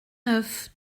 neuf